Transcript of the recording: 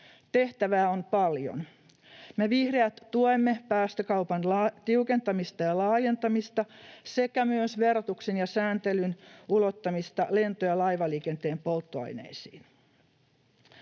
Tehtävää on paljon. Me vihreät tuemme päästökaupan tiukentamista ja laajentamista sekä myös verotuksen ja sääntelyn ulottamista lento- ja laivaliikenteen polttoaineisiin.